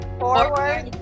forward